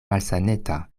malsaneta